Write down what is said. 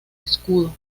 escudo